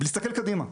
ולהסתכל קדימה.